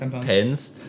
Pins